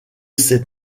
ces